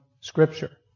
Scripture